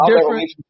different